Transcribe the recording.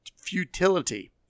futility